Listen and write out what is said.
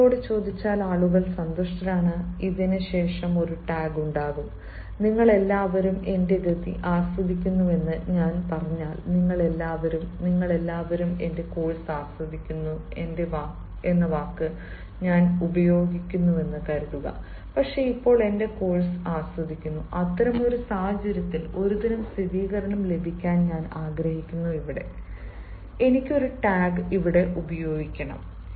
ഞാൻ നിങ്ങളോട് ചോദിച്ചാൽ ആളുകൾ സന്തുഷ്ടരാണ് ഇതിന് ശേഷം ഒരു ടാഗ് ഉണ്ടാകും നിങ്ങൾ എല്ലാവരും എന്റെ ഗതി ആസ്വദിക്കുന്നുവെന്ന് ഞാൻ പറഞ്ഞാൽ നിങ്ങൾ എല്ലാവരും നിങ്ങൾ എല്ലാവരും എന്റെ കോഴ്സ് ആസ്വദിക്കുന്നു എന്ന വാക്ക് ഞാൻ ഉപയോഗിക്കുന്നുവെന്ന് കരുതുക പക്ഷേ ഇപ്പോൾ എന്റെ കോഴ്സ് ആസ്വദിക്കുന്നു അത്തരമൊരു സാഹചര്യത്തിൽ ഒരുതരം സ്ഥിരീകരണം ലഭിക്കാൻ ഞാൻ ആഗ്രഹിക്കുന്നു എനിക്ക് ഒരു ടാഗ് ഉപയോഗിക്കണം